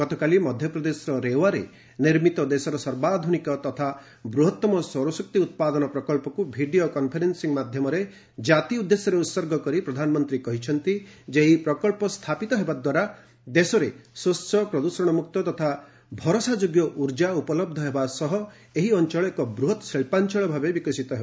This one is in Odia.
ଗତକାଲି ମଧ୍ୟପ୍ରଦେଶର ରେୱାରେ ନିର୍ମିତ ଦେଶର ସର୍ବାଧୁନିକ ତଥା ବୃହତମ ସୌରଶକ୍ତି ଉତ୍ପାଦନ ପ୍ରକଳ୍ପକୁ ଭିଡ଼ିଓ କନ୍ଫରେନ୍ସିଂ ମାଧ୍ୟମରେ ଜାତି ଉଦ୍ଦେଶ୍ୟରେ ଉହର୍ଗ କରି ପ୍ରଧାନମନ୍ତ୍ରୀ କହିଛନ୍ତି ଯେ ଏହି ପ୍ରକଳ୍ପ ସ୍ଥାପିତ ହେବା ଦ୍ୱାରା ଦେଶରେ ସ୍ୱଚ୍ଛ ପ୍ରଦୃଷଣମୁକ୍ତ ତଥା ଭରସାଯୋଗ୍ୟ ଉର୍ଜା ଉପଲବ୍ଧ ହେବା ସହ ଅଞ୍ଚଳ ଏକ ବୃହତ୍ ଶିଳ୍ପାଞ୍ଚଳ ଭାବେ ବିକଶିତ ହେବ